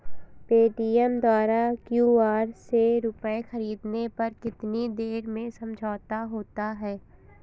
Paytm द्वारा QR से रूपए ख़रीदने पर कितनी देर में समझौता होता है?